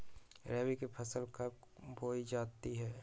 रबी की फसल कब बोई जाती है?